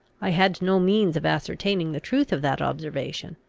i had no means of ascertaining the truth of that observation.